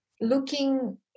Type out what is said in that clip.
looking